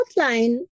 outline